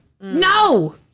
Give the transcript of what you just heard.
No